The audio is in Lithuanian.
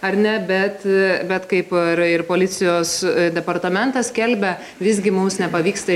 ar ne bet bet kaip ir policijos departamentas skelbia visgi mums nepavyksta